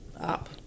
up